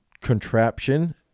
contraption